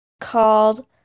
Called